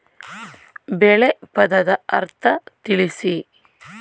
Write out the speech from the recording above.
ಬೆಳೆ ಪದದ ಅರ್ಥ ತಿಳಿಸಿ?